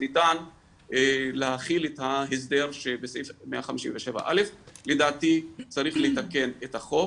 ניתן להחיל את ההסדר שבסעיף 157א'. לדעתי צריך לתקן את החוק,